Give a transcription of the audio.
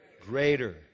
Greater